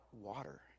water